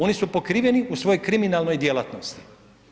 Oni su pokriveni u svojoj kriminalnoj djelatnosti.